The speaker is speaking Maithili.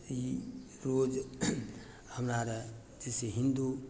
ई रोज हमरा रऽ जैसे हिन्दू